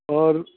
اور